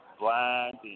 blind